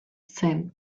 zen